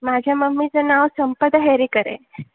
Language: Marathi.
माझ्या मम्मीचं नाव संपदा हेरेकर आहे